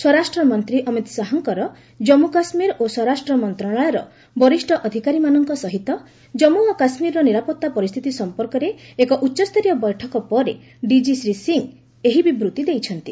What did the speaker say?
ସ୍ୱରାଷ୍ଟ୍ରମନ୍ତ୍ରୀ ଅମିତ ଶାହାଙ୍କର ଜାମ୍ମୁ କାଶ୍ମୀର ଓ ସ୍ୱରାଷ୍ଟ୍ର ମନ୍ତ୍ରଣାଳୟର ବରିଷ୍ଣ ଅଧିକାରୀମାନଙ୍କ ସହିତ ଜାମ୍ମ ଓ କାଶ୍ମୀରର ନିରାପତ୍ତା ପରିସ୍ଥିତି ସମ୍ପର୍କରେ ଏକ ଉଚ୍ଚସ୍ତରୀୟ ବୈଠକ ପରେ ଡିଜି ଶ୍ରୀ ସିଂ ଏହି ବିବୃତ୍ତି ଦେଇଛନ୍ତି